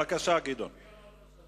בבקשה, גדעון.